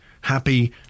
happy